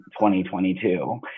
2022